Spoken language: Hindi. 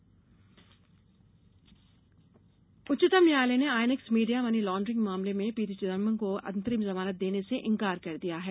चिदंबरम जमानत उच्चतम न्यायालय ने आईएनएक्स मीडिया मनी लॉन्ड्रिंग मामले में पी चिदंबरम को अंतरिम जमानत देने से इंकार कर दिया है